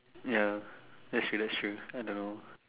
ya actually that's true I don't know